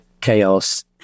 Chaos